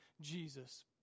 Jesus